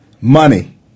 Money